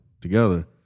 together